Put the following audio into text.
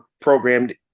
programmed